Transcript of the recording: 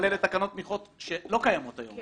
אבל אלה תקנות תמיכות שלא קיימות היום,